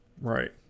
Right